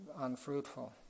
unfruitful